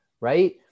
Right